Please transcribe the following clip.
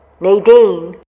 Nadine